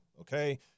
Okay